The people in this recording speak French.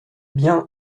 bien